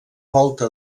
volta